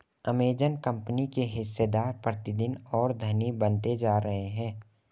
Amazon company के हिस्सेदार प्रतिदिन और धनी बनते जा रहे हैं